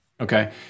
Okay